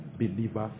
believers